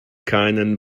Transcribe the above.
keinen